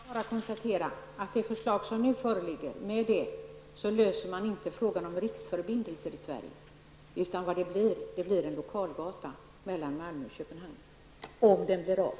Herr talman! Jag vill bara konstatera att med det förslag som nu föreligger löser man inte frågan om riksförbindelser i Sverige, utan det blir en lokalgata mellan Malmö och Köpenhamn -- om den blir av.